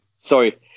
sorry